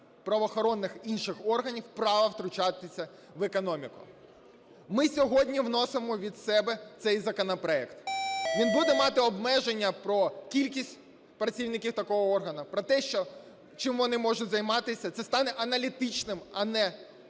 правоохоронних інших органів права втручатися в економіку. Ми сьогодні вносимо від себе цей законопроект. Він буде мати обмеження про кількість працівників такого органу, про те, чим вони можуть займатися. Це стане аналітичним, а не